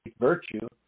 virtue